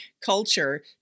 culture